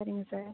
சரிங்க சார்